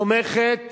תומכת